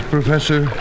Professor